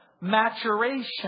maturation